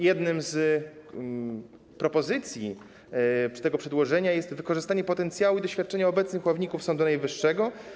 Jedną z propozycji zawartych w tym przedłożeniu jest wykorzystanie potencjału i doświadczenia obecnych ławników Sądu Najwyższego.